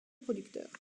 producteurs